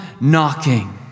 knocking